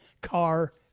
car